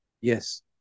Yes